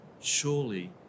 surely